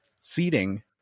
seating